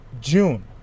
June